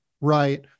right